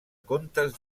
contes